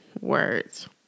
words